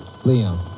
Liam